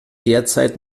derzeit